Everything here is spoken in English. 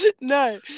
No